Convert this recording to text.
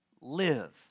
live